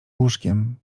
łóżkiem